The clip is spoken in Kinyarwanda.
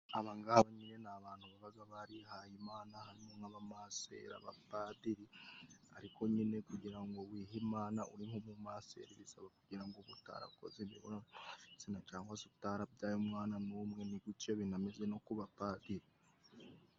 Aba ng'aba nyine ni abantu babaga barihaye Imana harimo nk'abamasera, abapadiri ariko nyine kugira ngo wihe Imana uri mu bumaseri, bisaba kugira ngo ube utarakoze imibonano mpuzabitsina cyangwa se utarabyaye umwana n'umwe ni gucyo binameze no ku bapadiri.